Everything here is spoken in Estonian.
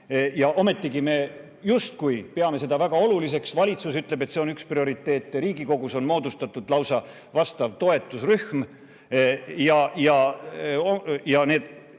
ometigi me justkui peame seda väga oluliseks. Valitsus ütleb, et see on üks prioriteete, Riigikogus on moodustatud lausa vastav toetusrühm. Need